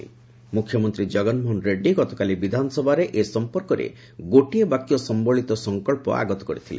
ମ୍ରଖ୍ୟମନ୍ତ୍ରୀ ଜଗନମୋହନ ରେଡ୍ଭୀ ଗତକାଲି ବିଧାନସଭାରେ ଏ ସମ୍ପର୍କରେ ଗୋଟିଏ ବାକ୍ୟ ସମ୍ଘଳିତ ସଂକଳ୍ପ ଆଗତ କରିଥିଲେ